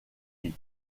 vie